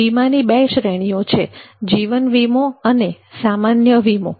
વીમાની બે શ્રેણીઓ છે જીવન વીમો અને સામાન્ય વીમો